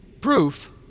Proof